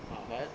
ah